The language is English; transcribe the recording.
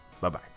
Bye-bye